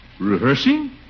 Rehearsing